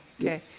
Okay